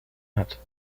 hat